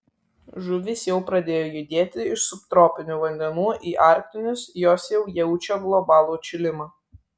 žuvys jau pradėjo judėti iš subtropinių vandenų į arktinius jos jau jaučia globalų atšilimą